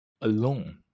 alone